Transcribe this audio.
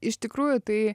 iš tikrųjų tai